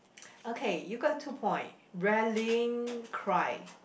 okay you got two point rallying cry